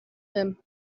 him